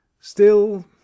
Still